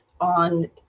on